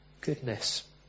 goodness